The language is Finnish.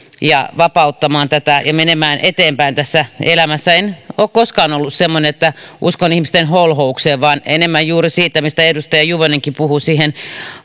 ja vapauttamaan tätä ja menemään eteenpäin tässä elämässä en ole koskaan ollut semmoinen että uskon ihmisten holhoukseen vaan uskon enemmän juuri siihen mistä edustaja juvonenkin puhui siihen